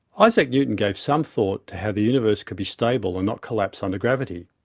isaac newtown gave some thought to how the universe could be stable and not collapse under gravity.